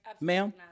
ma'am